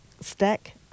stack